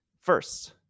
first